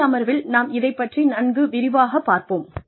நாளைய அமர்வில் நாம் இதைப் பற்றி நன்கு விரிவாகப் பார்ப்போம்